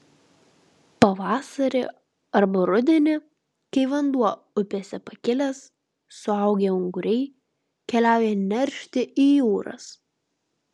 pavasarį arba rudenį kai vanduo upėse pakilęs suaugę unguriai keliauja neršti į jūras